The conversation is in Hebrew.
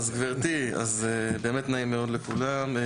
אז גברתי, באמת נעים מאוד לכולם.